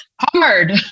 hard